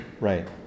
Right